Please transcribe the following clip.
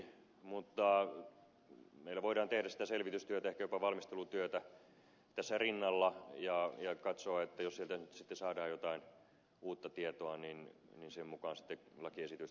mutta meillä voidaan tehdä sitä selvitystyötä ehkä jopa valmistelutyötä tässä rinnalla ja katsoa että jos sieltä nyt sitten saadaan jotain uutta tietoa niin sen mukaan sitten lakiesitystäkin korjaillaan